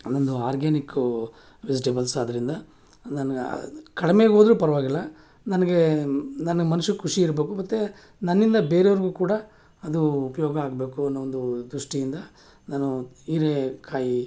ಅದೊಂದು ಆರ್ಗ್ಯಾನಿಕ್ಕೂ ವೆಜಿಟೇಬಲ್ಸ್ ಆದರಿಂದ ನನ್ಗೆ ಕಡಿಮೆಗೋದ್ರೂ ಪರ್ವಾಗಿಲ್ಲ ನನಗೆ ನನ್ನ ಮನಸು ಖುಷಿ ಇರಬೇಕು ಮತ್ತು ನನ್ನಿಂದ ಬೇರೆ ಅವ್ರಿಗೂ ಕೂಡ ಅದು ಉಪಯೋಗ ಆಗಬೇಕು ಅನ್ನೋ ಒಂದು ದೃಷ್ಟಿಯಿಂದ ನಾನು ಹೀರೇಕಾಯಿ